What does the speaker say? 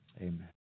Amen